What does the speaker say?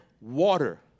water